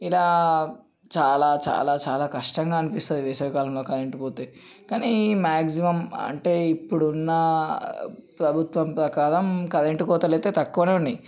ఇలా చాలా చాలా చాలా కష్టంగా అనిపిస్తుంది వేసవికాలంలో కరెంటు పోతే కానీ మ్యాక్జిమమ్ అంటే ఇప్పుడు ఉన్న ప్రభుత్వం ప్రకారం కరెంటు కోతలు అయితే తక్కువనే ఉన్నాయి